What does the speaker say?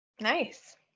Nice